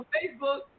Facebook